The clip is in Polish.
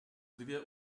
dwie